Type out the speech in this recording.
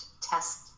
test